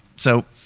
so